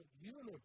universe